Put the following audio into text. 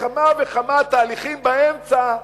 לכמה וכמה תהליכים באמצע,